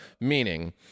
meaning